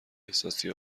احساسی